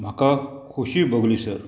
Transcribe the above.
म्हाका खुशी भोगली सर